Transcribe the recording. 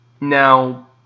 now